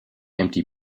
empty